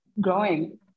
growing